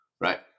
right